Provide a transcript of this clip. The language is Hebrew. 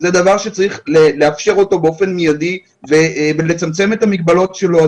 זה דבר שצריך לאפשר אותו באופן מיידי ולצמצם את המגבלות שלו.